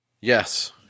Yes